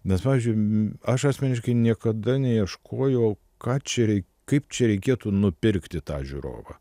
bet pavyzdžiui aš asmeniškai niekada neieškojau ką čia kaip čia reikėtų nupirkti tą žiūrovą